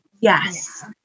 yes